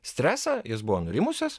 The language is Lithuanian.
stresą jos buvo nurimusios